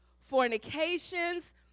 fornications